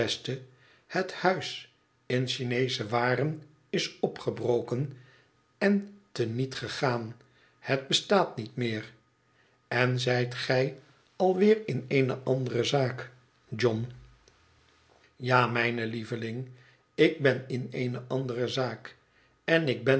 het huis in chineesche waren is opgebroken en te niet gegaan het bestaat niet meer en zijt gij alweer in eene andere zaak john ja mijne lieveling ik ben in eene andere zaak en ik ben